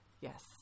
Yes